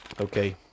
Okay